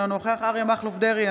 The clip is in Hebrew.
אינו נוכח אריה מכלוף דרעי,